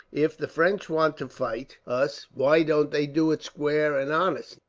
if the french want to fight us, why don't they do it square and honest,